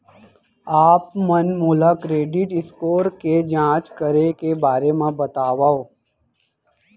आप मन मोला क्रेडिट स्कोर के जाँच करे के बारे म बतावव?